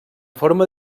forma